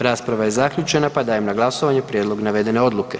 Rasprava je zaključena pa dajem na glasovanje prijedlog navedene Odluke.